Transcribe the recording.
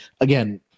again